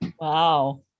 Wow